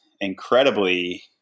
incredibly